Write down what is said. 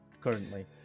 currently